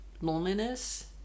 loneliness